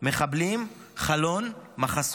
מחבלים, חלון, מחסות,